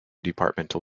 departmental